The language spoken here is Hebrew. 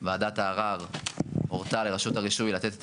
ועדת הערער הורתה לרשות הרישוי לתת את